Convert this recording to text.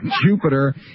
Jupiter